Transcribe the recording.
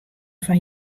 fan